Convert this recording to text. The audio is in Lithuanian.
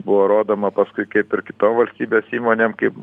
buvo rodoma paskui kaip ir kitom valstybės įmonėm kaip